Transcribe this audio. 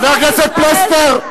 חבר הכנסת פלסנר.